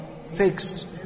fixed